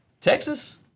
Texas